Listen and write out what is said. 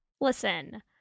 Listen